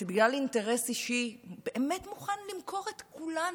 שבגלל אינטרס אישי באמת מוכן למכור את כולנו.